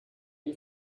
you